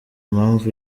mpamvu